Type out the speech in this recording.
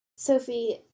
Sophie